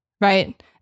right